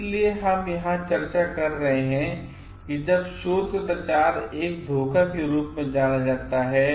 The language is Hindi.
इसलिए हम यहाँ चर्चा कर रहे हैं कि कब शोध कदाचार एक धोखा के रूप में जाना जाता है